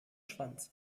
schwanz